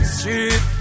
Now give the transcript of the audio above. Street